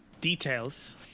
details